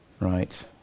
right